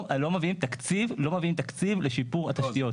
לא מביאים תקציב לשיפור התשתיות.